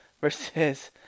versus